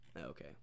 Okay